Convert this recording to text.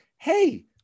hey